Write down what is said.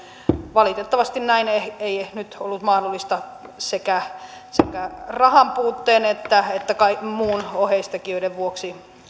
valitettavasti tähän ei nyt ollut mahdollista lähteä sekä rahanpuutteen että että muiden oheistekijöiden vuoksi